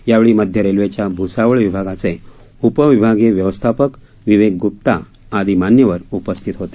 यावेळी मध्य रेल्वेच्या भ्सावळ विभागचे उप विभागीय व्यवस्थापक विवेक गुप्ता आदी मान्यवर उपस्थित होते